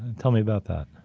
tell me about that.